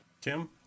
Tim